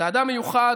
אתה אדם מיוחד,